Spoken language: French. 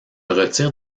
retire